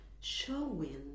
showing